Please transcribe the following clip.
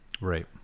Right